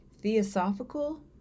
Theosophical